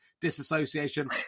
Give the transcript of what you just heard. disassociation